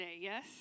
yes